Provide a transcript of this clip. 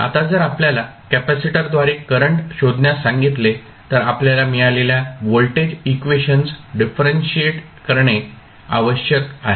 आता जर आपल्याला कॅपेसिटरद्वारे करंट शोधण्यास सांगितले तर आपल्याला मिळालेल्या व्होल्टेज इक्वेशनस डिफरंशिएट करणे आवश्यक आहे